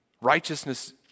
righteousness